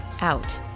out